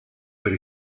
per